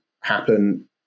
happen